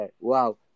Wow